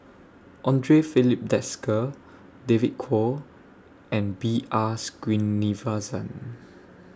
Andre Filipe Desker David Kwo and B R Screenivasan